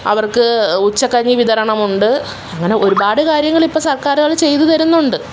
അവർക്ക് ഉച്ചക്കഞ്ഞി വിതരണമുണ്ട് അങ്ങനെ ഒരുപാട് കാര്യങ്ങളിപ്പോള് സർക്കാരുകള് ചെയ്തു തരുന്നുണ്ട്